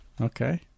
Okay